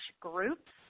groups